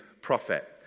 prophet